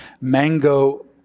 mango